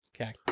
Okay